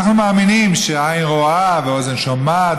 אנחנו מאמינים ש"עין רואה ואוזן שומעת,